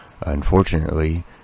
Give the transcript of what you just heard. unfortunately